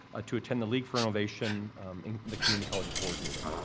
ah to attend the league for innovation and the community college board meeting.